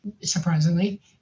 surprisingly